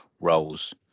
roles